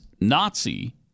Nazi